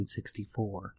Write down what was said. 1964